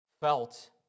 felt